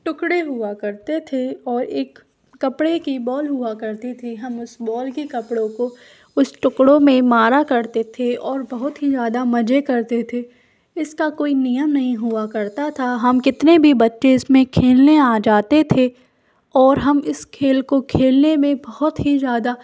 टुकड़े हुआ करते थे और एक कपड़े की बॉल हुआ करती थी हम उस बॉल की कपड़ों को उस टुकड़ों में मारा करते थे और बहुत ही ज़्यादा मज़े करते थे इसका कोई नियम नहीं हुआ करता था हम कितने भी बच्चे इसमें खेलने आ जाते थे और हम इस खेल को खेलने में बहुत ही ज़्यादा